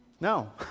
No